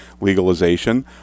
legalization